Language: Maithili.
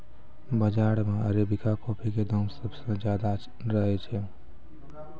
बाजार मॅ अरेबिका कॉफी के दाम सबसॅ ज्यादा रहै छै